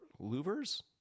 Louvers